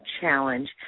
challenge